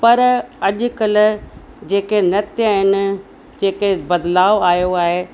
पर अॼु कल्ह जेके नृत्य आहिनि जेक बदलाव आयो आहे